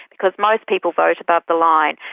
because most people vote above the line.